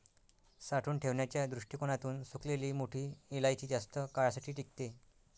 साठवून ठेवण्याच्या दृष्टीकोणातून सुकलेली मोठी इलायची जास्त काळासाठी टिकते